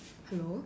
hello